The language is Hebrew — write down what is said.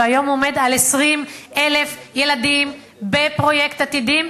והיום הוא עומד על 20,000 ילדים בפרויקט "עתידים",